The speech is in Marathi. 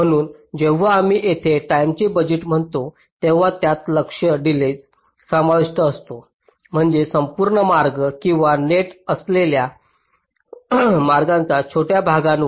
म्हणून जेव्हा आम्ही येथे टाईमचे बजेट म्हणतो तेव्हा त्यात लक्ष्य डिलेज समाविष्ट असतो म्हणजे संपूर्ण मार्ग किंवा नेट असलेल्या मार्गांच्या छोट्या भागासह